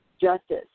justice